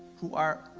who are.